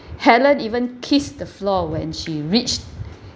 helen even kissed the floor when she reached